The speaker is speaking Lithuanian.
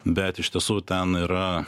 bet iš tiesų ten yra